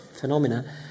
phenomena